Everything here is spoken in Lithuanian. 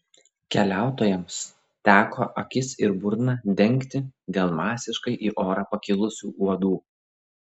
keliautojams teko akis ir burną dengti dėl masiškai į orą pakilusių uodų